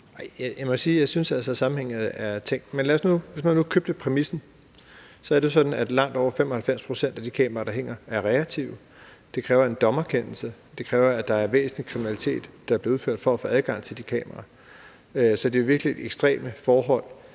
jeg synes, at sammenhængen er fortænkt. Men hvis man nu købte præmissen, er det sådan, at langt over 95 pct. af de kameraer, der hænger, er reaktive. Det kræver en dommerkendelse. Det kræver, at det er væsentlig kriminalitet, der er blevet begået, for at man kan få adgang til de kameraer. Så det er virkelig ekstreme forhold.